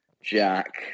Jack